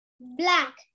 Black